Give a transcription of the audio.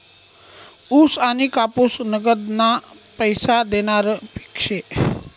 ऊस आनी कापूस नगदना पैसा देनारं पिक शे